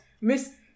Miss